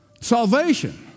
salvation